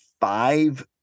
five